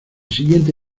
siguiente